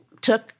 took